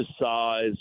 size